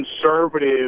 conservative